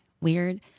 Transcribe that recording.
weird